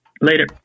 Later